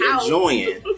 enjoying